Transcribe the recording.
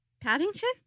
Paddington